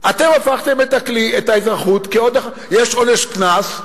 אתם הפכתם את האזרחות כעוד אחד, יש עונש קנס,